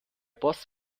boss